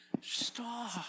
Stop